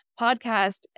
podcast